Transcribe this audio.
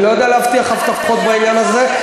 אני לא יודע להבטיח הבטחות בעניין הזה.